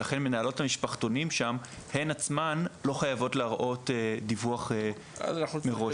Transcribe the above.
ולכן מנהלות המשפחתונים שם עצמן לא חייבות להראות דיווח מראש.